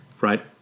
right